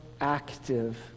active